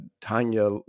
Tanya